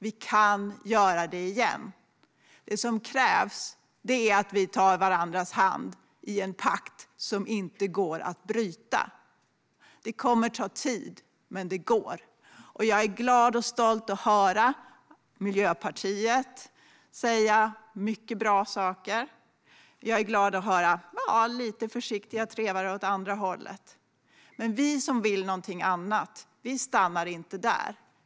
Vi kan göra det igen. Det som krävs är att vi tar varandras händer i en pakt som inte går att bryta. Det kommer att ta tid, men det går. Jag är glad och stolt över att höra Miljöpartiet säga mycket bra saker. Jag är glad över att höra lite försiktiga trevare åt andra hållet. Vi som vill någonting annat stannar inte där.